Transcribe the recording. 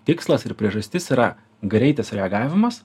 tikslas ir priežastis yra greitas reagavimas